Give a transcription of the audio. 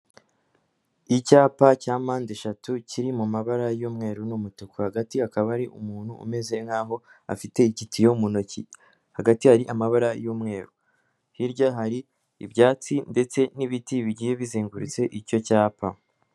Icyapa cya mpandeshatu kiri mu mabara y'umweru n'umutuku hagati hakaba hari umuntu umeze nk'aho afite igitiyo mu ntoki hagati hari amabara y'umweru, hirya hari ibyatsi ndetse n'ibiti bigiye bizengurutse icyo cyapa.